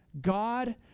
God